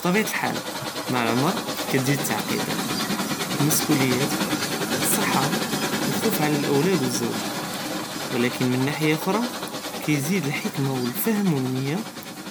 בטביעת אלחל מע אלעמר קטג'י אלתעקידאת אלמס'וליות אססחה אלכופ על אלאולאד ואלזוגה, ולקין מן נהיה אחורה קייזיד אלחכמה ואלפهم ואלניה